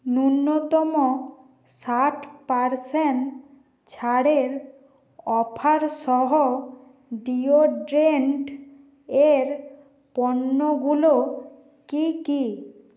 ন্যূনতম ষাট পারসেন্ট ছাড়ের অফার সহ ডিওড্রেন্ট এর পণ্যগুলো কী কী